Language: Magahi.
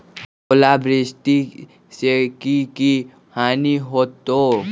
ओलावृष्टि से की की हानि होतै?